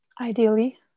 ideally